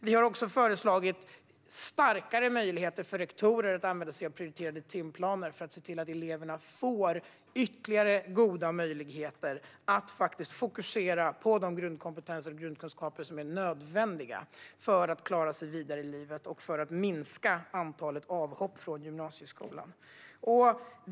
Vi har också föreslagit starkare möjligheter för rektorer att använda sig av prioriterade timplaner för att eleverna ska få ytterligare goda möjligheter att fokusera på den grundkompetens och de grundkunskaper som är nödvändiga för att klara sig vidare i livet och för att minska antalet avhopp från gymnasieskolan.